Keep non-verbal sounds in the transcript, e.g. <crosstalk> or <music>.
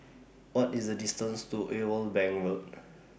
What IS The distance to Irwell Bank Road <noise>